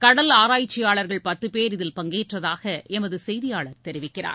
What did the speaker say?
கடல் ஆராய்ச்சியாளர்கள் பத்து பேர் இதில் பங்கேற்றதாக எமது செய்தியாளர் தெரிவிக்கிறார்